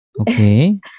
okay